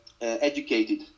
educated